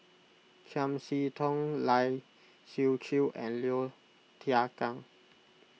Chiam See Tong Lai Siu Chiu and Low Thia Khiang